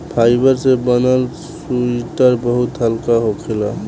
fibre से बनल sweater बहुत हल्का होखेला